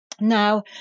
Now